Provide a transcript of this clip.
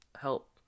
Help